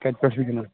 کَتہِ پٮ۪ٹھ چھُو جِناب